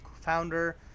founder